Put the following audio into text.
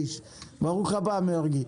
ברוך הבא, מרגי.